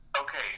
okay